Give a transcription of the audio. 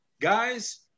Guys